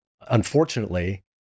unfortunately